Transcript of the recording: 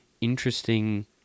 interesting